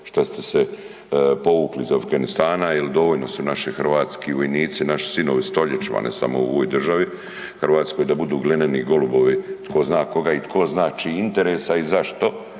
šta ste se povukli iz Afganistana jer dovoljno su naši hrvatski vojnici, naši sinovi stoljećima, ne samo u ovoj državi, Hrvatskoj, da budu glineni golubovi tko zna koga i tko zna čijih interesa i zašto